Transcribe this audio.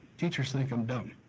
teachers think i'm dumb.